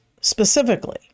specifically